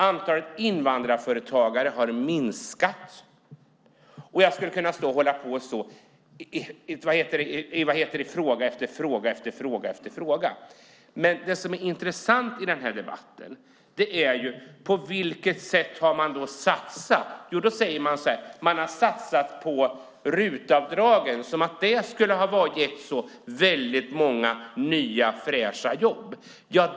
Andelen invandrarföretagare har minskat. Jag skulle kunna fortsätta på detta sätt i fråga efter fråga. Men det som är intressant i denna debatt är på vilket sätt som man har satsat. Då säger man att man har satsat på RUT-avdraget som om det skulle ha gett så många nya fräscha jobb.